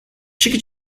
txiki